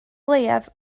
leiaf